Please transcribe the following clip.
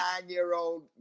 nine-year-old